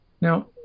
Now